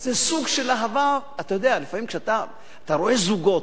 זה סוג של אהבה, אתה יודע, לפעמים אתה רואה זוגות,